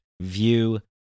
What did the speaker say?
view